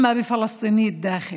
בונים מיתוס של מנהיג חזק, על-אדם